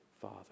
father